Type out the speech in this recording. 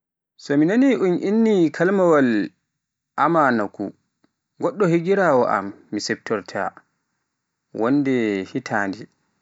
So mi naani un inni kalimawaal amanaku, goɗɗo higiraawo am mi siftoroytaa, wonde hitande.